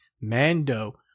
Mando